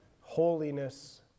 holiness